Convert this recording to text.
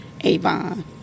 Avon